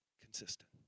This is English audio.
consistent